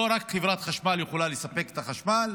לא רק חברת חשמל יכולה לספק את החשמל,